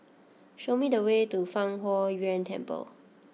show me the way to Fang Huo Yuan Temple